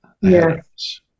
Yes